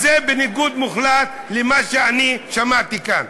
אז זה בניגוד מוחלט למה ששמעתי כאן.